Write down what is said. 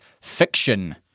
fiction